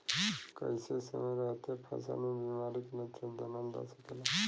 कइसे समय रहते फसल में बिमारी के लक्षण जानल जा सकेला?